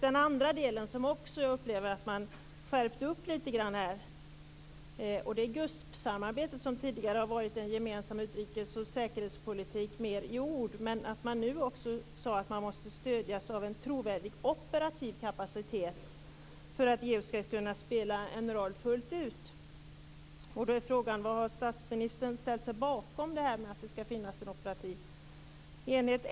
En annan del som jag upplevde att man skärpte upp gäller GUSP-samarbetet, som tidigare har varit en gemensam utrikes och säkerhetspolitik mer i ord, men nu sade man att man måste stödjas av en trovärdig operativ kapacitet för att EU skall kunna spela en roll fullt ut. Då är frågan: Har statsministern ställt sig bakom att det skall finnas en operativ kapacitet?